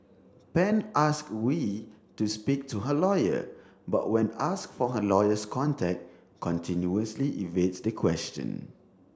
Pan asked Vew to speak to her lawyer but when asked for her lawyer's contact continuously evades the question